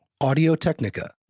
Audio-Technica